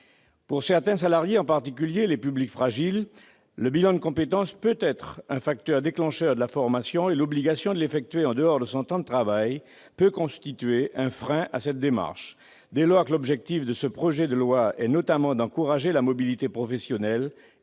Pour certains salariés, en particulier les publics fragiles, le bilan de compétences peut être un facteur déclencheur de la formation, et l'obligation de le réaliser en dehors de son temps de travail peut constituer un frein à cette démarche. Dès lors que l'objectif que vous poursuivez avec ce projet de loi, madame la ministre, est, notamment, d'encourager la mobilité professionnelle,